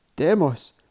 Demos